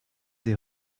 des